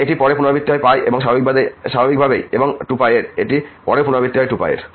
এটি পরে পুনরাবৃত্তি হয় এবং স্বাভাবিকভাবেইএবং 2π এর এটি পরেও পুনরাবৃত্তি হয় 2π এর